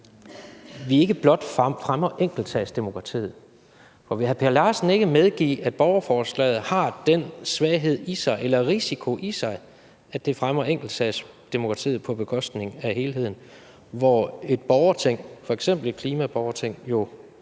vi ikke blot fremmer enkeltsagsdemokratiet. Vil hr. Per Larsen ikke medgive, at borgerforslaget har den svaghed eller risiko i sig, at det fremmer enkeltsagsdemokratiet på bekostning af helheden, hvor et borgerting, f.eks. et klimaborgerting, rent